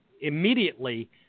immediately